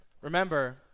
Remember